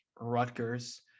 Rutgers